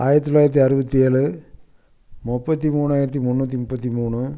ஆயிரத்தி தொள்ளாயிரத்தி அறுபத்தி ஏழு முப்பத்தி மூணாயிரத்தி முன்னூற்றி முப்பத்தி மூணு